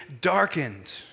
darkened